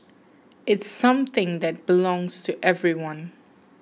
it's something that belongs to everyone